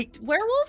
werewolf